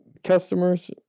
Customers